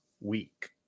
week